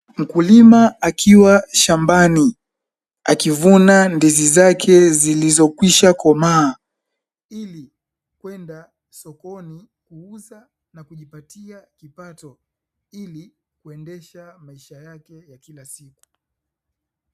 Mkulima akiwa shambani akivuna ndizi zake zilizokwisha komaa ili kwenda sokoni kuuza na kujipatia kipato, ili kuendesha maisha yake ya kila siku.